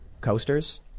coasters